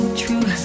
true